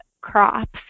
crops